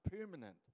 permanent